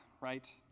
right